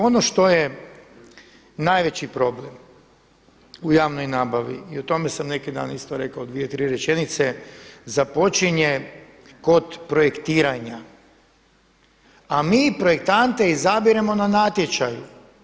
Ono što je najveći problem u javnom nabavi o tome sam neki dan isto rekao dvije, tri rečenice započinje kod projektiranja, a mi projektante izabiremo na natječaju.